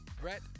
Brett